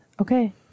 Okay